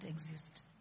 exist